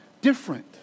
different